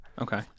Okay